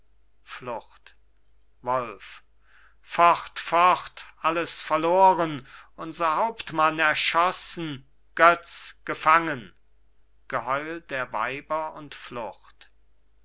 wolf fort fort alles verloren unser hauptmann erschossen götz gefangen geheul der weiber und